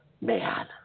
Man